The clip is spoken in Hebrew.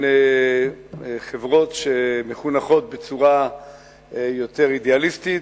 חברות שמחונכות בצורה יותר אידיאליסטית,